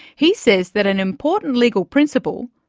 he says that an important legal principle,